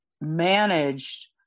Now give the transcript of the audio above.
managed